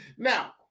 Now